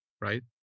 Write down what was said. right